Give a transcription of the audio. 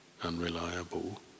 unreliable